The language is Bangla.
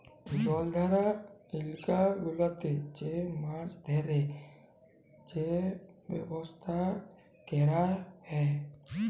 জলাধার ইলাকা গুলাতে যে মাছ ধ্যরে যে ব্যবসা ক্যরা হ্যয়